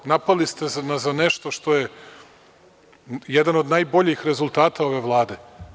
Napali ste me za nešto što je jedan od najboljih rezultata ove Vlade.